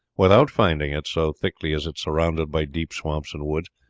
without finding it, so thickly is it surrounded by deep swamps and woods.